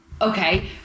Okay